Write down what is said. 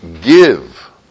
give